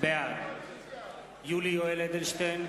בעד יולי יואל אדלשטיין,